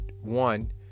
one